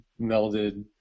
melded